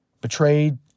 betrayed